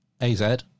AZ